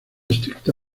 estricta